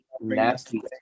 Nasty